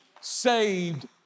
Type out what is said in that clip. saved